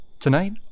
Tonight